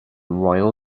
royal